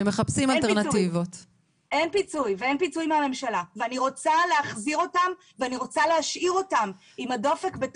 אני רוצה להשאיר אותם במסגרת התל"ן.